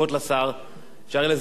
אפשר לזמן אותו והוא יענה על כל השאלות.